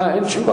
אה, אין תשובה.